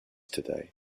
today